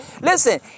Listen